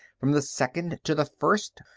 from the second to the first,